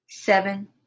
Seven